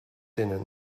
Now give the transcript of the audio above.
tenen